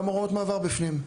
גם הוראות המעבר בפנים,